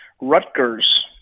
Rutgers